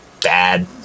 bad